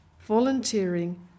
volunteering